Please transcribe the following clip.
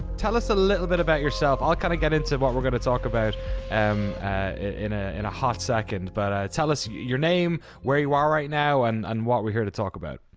tell us a little bit about yourself. i'll kind of get into what we're gonna talk about um in ah in a hot second, but ah tell us your name, where you are right now, and and what we're here to talk about.